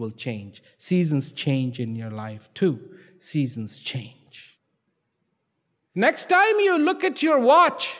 will change seasons change in your life two seasons change next time you look at your watch